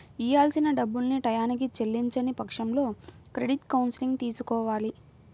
ఇయ్యాల్సిన డబ్బుల్ని టైయ్యానికి చెల్లించని పక్షంలో క్రెడిట్ కౌన్సిలింగ్ తీసుకోవాలి